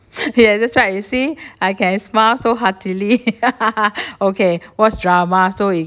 ya that's right you see I can smile so heartily okay watch drama so it